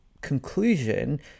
conclusion